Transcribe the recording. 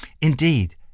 Indeed